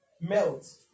melt